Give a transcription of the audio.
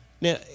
Now